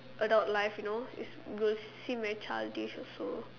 adult life you know you'll seem very childish also